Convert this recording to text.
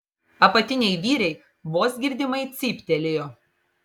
apatiniai vyriai vos girdimai cyptelėjo